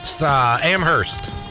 Amherst